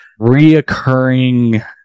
reoccurring